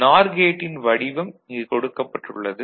நார் கேட்டின் வடிவம் இங்கு கொடுக்கப்பட்டுள்ளது